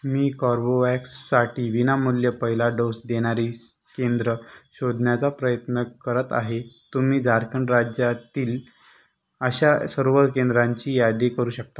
मी कार्बोवॅक्ससाठी विनामूल्य पहिला डोस देणारी स केंद्रं शोधण्याचा प्रयत्न करत आहे तुम्ही झारखंड राज्यातील अशा सर्व केंद्रांची यादी करू शकता